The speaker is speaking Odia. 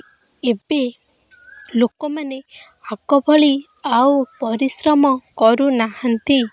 ଏବେ ଲୋକମାନେ ଆଗ ଭଳି ଆଉ ପରିଶ୍ରମ କରୁନାହାନ୍ତି